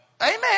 Amen